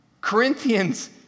Corinthians